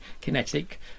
kinetic